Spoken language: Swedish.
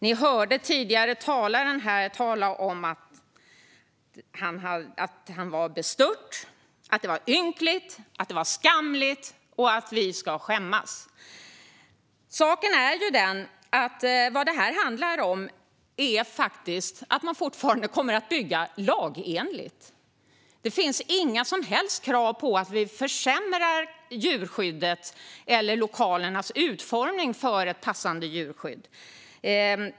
Ni hörde den tidigare talaren säga att han var bestört, att det var ynkligt och skamligt samt att vi ska skämmas. Vad frågan handlar om är att man fortfarande ska bygga lagenligt. Det finns inga som helst krav på att försämra djurskyddet eller lokalernas utformning för ett passande djurskydd.